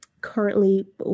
currently